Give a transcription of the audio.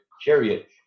chariot